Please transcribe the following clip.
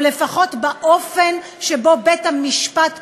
או לפחות באופן שבו בית-המשפט פוסק.